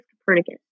Copernicus